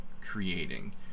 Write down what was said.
creating